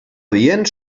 adient